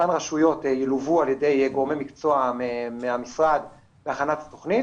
אותן רשויות ילוו על ידי גורמי מקצוע מהמשרד בהכנת התכנית